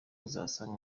uzasanga